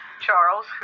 Charles